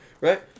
Right